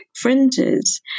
fringes